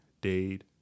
Dade